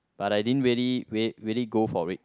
but I didn't really re~ really go for it